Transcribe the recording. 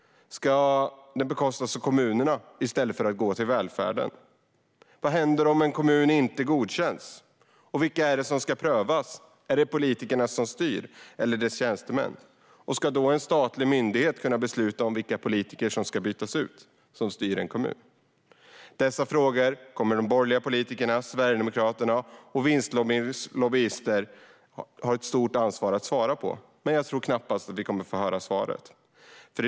Ska de bekostas av kommunerna i stället för att gå till välfärden? Vad händer om en kommun inte godkänns? Vilka är det som ska prövas, är det politikerna som styr eller deras tjänstemän? Ska en statlig myndighet kunna besluta om vilka politiker, som styr en kommun, som ska bytas ut? Dessa frågor kommer de borgerliga politikerna, Sverigedemokraterna och vinstlobbyisterna att ha ett stort ansvar att svara på, men jag tror knappast att vi får höra något svar.